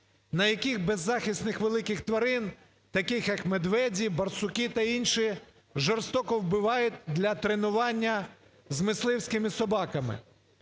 на яких беззахисних великих тварин, таких як ведмеді, борсуки та інші, жорстоко вбивають для тренування з мисливськими собаками.